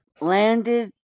landed